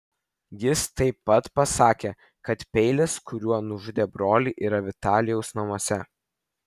jis taip pat pasakė kad peilis kuriuo nužudė brolį yra vitalijaus namuose